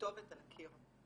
הכתובת על הקיר.